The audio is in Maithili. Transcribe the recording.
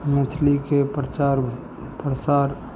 मैथिलीके प्रचार प्रसार